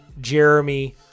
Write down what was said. Jeremy